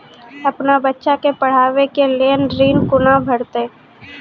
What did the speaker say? अपन बच्चा के पढाबै के लेल ऋण कुना भेंटते?